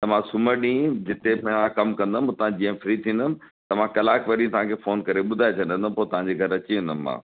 त मां सूमरु ॾींहुं जिते मां कमु कंदमि उतां जीअं फ्री थींदुमि त मां कलाकु पहिरीं तव्हांखे फ़ोन करे ॿुधाए छॾंदुमि पोइ तव्हांजे घरि अची वेंदुमि मां